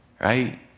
right